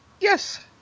Yes